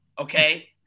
Okay